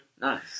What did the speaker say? Nice